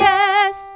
Yes